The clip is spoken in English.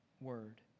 word